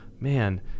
man